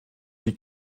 die